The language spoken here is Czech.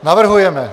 Navrhujeme